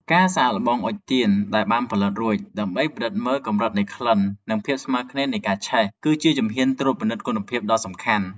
ការសាកល្បងអុជទៀនដែលបានផលិតរួច ដើម្បីពិនិត្យមើលកម្រិតនៃក្លិន និងភាពស្មើគ្នានៃការឆេះ គឺជាជំហានត្រួតពិនិត្យគុណភាពដ៏សំខាន់។